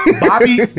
Bobby